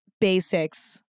basics